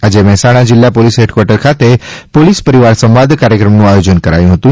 આજે મહેસાણા જિલ્લા police headquarter ખાતે પોલીસ પરિવાર સંવાદ કાર્યક્રમનું આયોજન કરાયું હતું